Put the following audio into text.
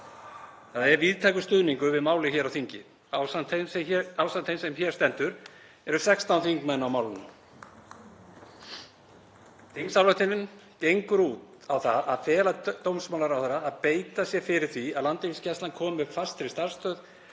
Það er víðtækur stuðningur við málið hér á þingi. Ásamt þeim sem hér stendur eru 16 þingmenn á málinu. Þingsályktunartillagan gengur út á að fela dómsmálaráðherra að beita sér fyrir því að Landhelgisgæslan komi upp fastri starfsstöð